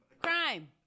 Crime